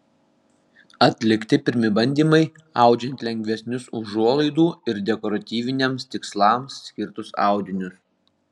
atlikti pirmi bandymai audžiant lengvesnius užuolaidų ir dekoratyviniams tikslams skirtus audinius